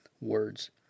words